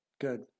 good